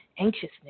anxiousness